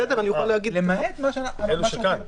למעט מה שמופיע בתוספות.